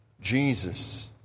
Jesus